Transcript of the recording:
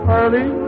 early